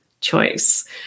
choice